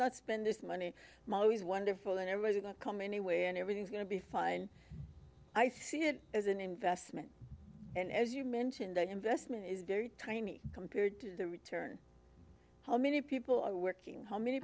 not spend this money he's wonderful in everything i come anyway and everything's going to be fine i see it as an investment and as you mentioned the investment is very tiny compared to the return how many people are working how many